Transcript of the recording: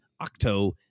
Octo